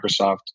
Microsoft